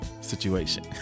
situation